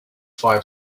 five